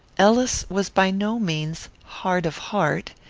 ellis was by no means hard of heart.